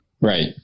Right